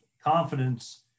confidence